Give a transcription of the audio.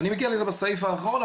אני מגיע לזה בסעיף האחרון,